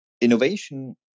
Innovation